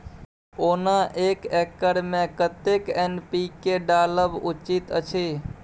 ओना एक एकर मे कतेक एन.पी.के डालब उचित अछि?